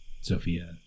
Sophia